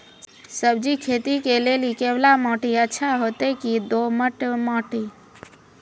सब्जी खेती के लेली केवाल माटी अच्छा होते की दोमट माटी?